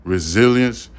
Resilience